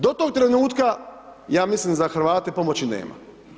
Do tog trenutka, ja mislim, za Hrvate pomoći nema.